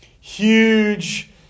huge